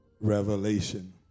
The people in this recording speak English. revelation